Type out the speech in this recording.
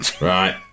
Right